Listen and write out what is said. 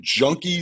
junkies